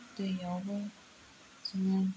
दैआवबो जोङो